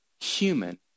human